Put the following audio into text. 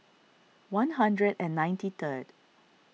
one hundred and ninety third